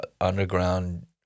underground